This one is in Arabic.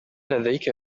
لديك